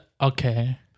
okay